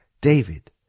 David